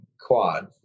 quad